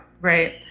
right